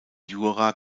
jura